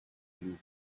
you